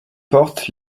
portes